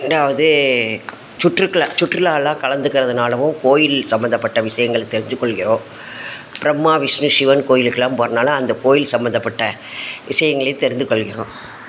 ரெண்டாவது சுற்றுக்களை சுற்றுலாலாம் கலந்துக்கிறதுனாலவும் கோயில் சம்மந்தப்பட்ட விஷயங்கள் தெரிஞ்சிக் கொள்கிறோம் பிரம்மா விஷ்ணு சிவன் கோயிலுக்கெல்லாம் போகிறனால அந்தக் கோயில் சம்மந்தப்பட்ட விஷயங்களையும் தெரிந்துக் கொள்கிறோம்